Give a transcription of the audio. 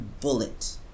bullet